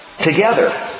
together